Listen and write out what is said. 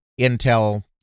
Intel